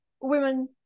women